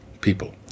people